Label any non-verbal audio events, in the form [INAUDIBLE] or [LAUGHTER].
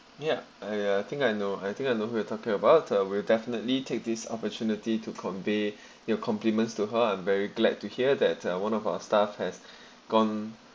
ya I uh I think I know I think I know who you are talking about uh will definitely take this opportunity to convey your [BREATH] compliments to her I'm very glad to hear that uh one of our staff has gone